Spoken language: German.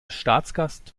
staatsgast